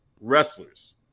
wrestlers